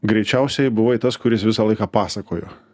greičiausiai buvai tas kuris visą laiką pasakojo